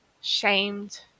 shamed